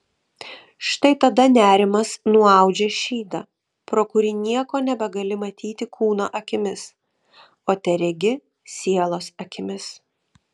štai tada nerimas nuaudžia šydą pro kurį nieko nebegali matyti kūno akimis o teregi sielos akimis